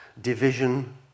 division